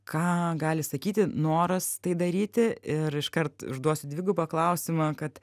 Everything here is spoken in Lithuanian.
ką gali sakyti noras tai daryti ir iškart užduosiu dvigubą klausimą kad